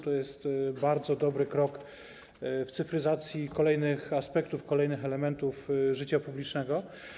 To jest bardzo dobry krok na drodze do cyfryzacji kolejnych aspektów, kolejnych elementów życia publicznego.